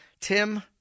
Tim